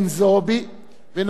ונענתה על-ידי,